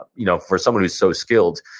you know for someone who is so skilled.